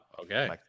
okay